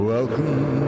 Welcome